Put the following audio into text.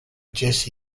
jesse